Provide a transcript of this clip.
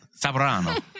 sabrano